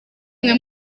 imwe